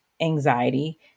anxiety